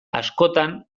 askotan